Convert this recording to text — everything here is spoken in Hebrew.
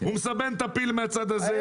הוא מסבן את הפיל מהצד הזה,